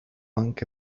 anche